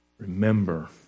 Remember